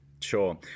Sure